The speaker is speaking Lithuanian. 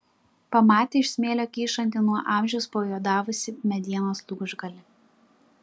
pamatė iš smėlio kyšantį nuo amžiaus pajuodavusį medienos lūžgalį